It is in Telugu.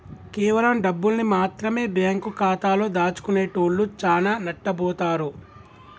కేవలం డబ్బుల్ని మాత్రమె బ్యేంకు ఖాతాలో దాచుకునేటోల్లు చానా నట్టబోతారు